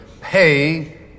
pay